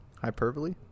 Hyperbole